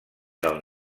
del